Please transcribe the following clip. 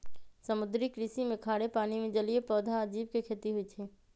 समुद्री कृषि में खारे पानी में जलीय पौधा आ जीव के खेती होई छई